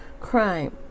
crime